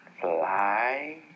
fly